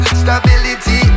stability